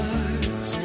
eyes